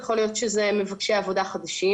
יכול להיות שאלה מבקשי עבודה חדשים.